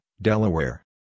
Delaware